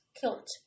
kilt